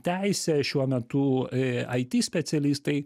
teisė šiuo metu it specialistai